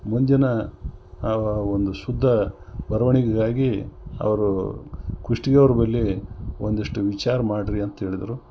ಮುಂದಿನ ಆ ಒಂದು ಶುದ್ಧ ಬರವಣಿಗೆಗಾಗಿ ಅವರು ಕುಷ್ಟಗಿಯವ್ರ ಬಳಿ ಒಂದಿಷ್ಟು ವಿಚಾರ ಮಾಡಿರಿ ಅಂತೇಳಿದರು